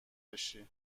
بشی